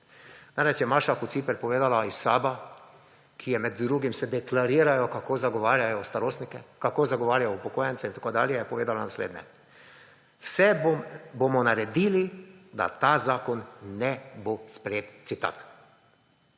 Danes je Maša Kociper povedala, iz SAB-a, kjer med drugim se deklarirajo, kako zagovarjajo starostnike, kako zagovarjajo upokojence in tako dalje, je povedala naslednje: vse bomo naredili, da ta zakon ne bo sprejet. Citat.